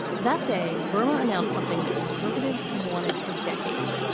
that day, vermont announced something that conservatives have wanted for decades,